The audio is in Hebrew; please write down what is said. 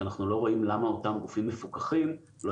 שאנחנו לא רואים למה אותם גופים מפוקחים לא